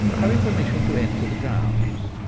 having permission to enter the grounds.